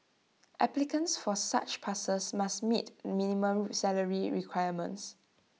applicants for such passes must meet minimum salary requirements